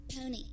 Pony